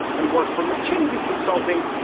and worked for mckinsey consulting,